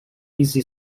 easy